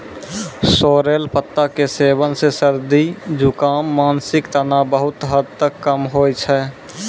sorrel पत्ता के सेवन सॅ सर्दी, जुकाम, मानसिक तनाव बहुत हद तक कम होय छै